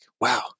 wow